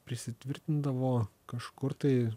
prisitvirtindavo kažkur tai